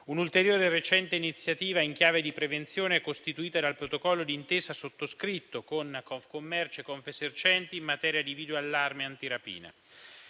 Un'ulteriore recente iniziativa in chiave di prevenzione è costituita dal protocollo di intesa sottoscritto con Confcommercio e Confesercenti in materia di videoallarme antirapina.